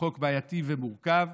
הוא חוק בעייתי ומורכב